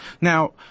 Now